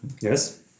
Yes